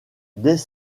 dès